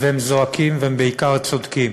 והם זועקים, והם בעיקר צודקים,